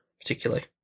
particularly